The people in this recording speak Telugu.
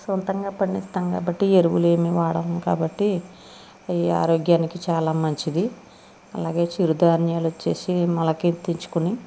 సొంతంగా పండిస్తాం కాబట్టి ఎరువులు ఏమి వాడం కాబట్టి అవి ఆరోగ్యానికి చాలా మంచిది అలాగే చిరుధాన్యాలు వచ్చి మొలకెత్తించుకుని